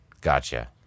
gotcha